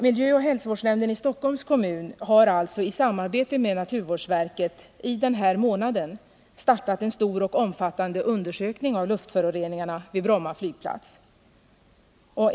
Miljöoch hälsovårdsnämnden i Stockholms kommun har alltså i samarbete med naturvårdsverket denna månad startat en stor och omfattande undersökning av luftföroreningarna vid Bromma flygplats.